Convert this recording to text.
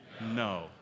No